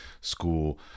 school